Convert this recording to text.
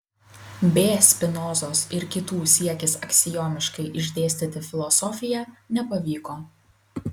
b spinozos ir kitų siekis aksiomiškai išdėstyti filosofiją nepavyko